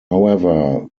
however